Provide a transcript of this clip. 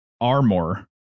armor